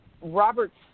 Robert's